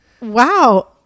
Wow